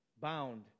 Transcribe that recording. bound